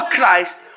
Christ